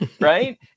right